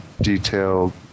detailed